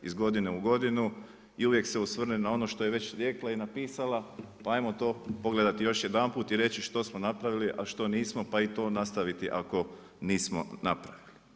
Iz godine u godinu i uvijek se osvrne na ono što je već rekla i napisala, pa ajmo to pogledati još jedanput i reći što smo napravili, a što nismo, pa i to nastaviti, ako nismo napravili.